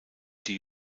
die